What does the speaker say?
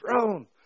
throne